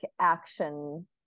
action